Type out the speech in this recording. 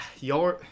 y'all